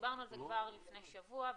דיברנו על זה כבר לפני שבוע,